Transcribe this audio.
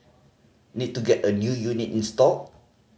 need to get a new unit installed